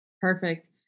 Perfect